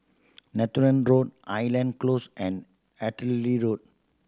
Netheravon Road island Close and Artillery Road